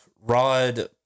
Rod